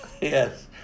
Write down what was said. Yes